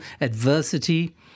adversity